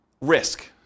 risk